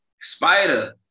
Spider